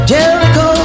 Jericho